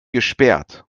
gesperrt